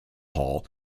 hall